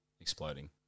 exploding